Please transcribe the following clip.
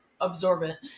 absorbent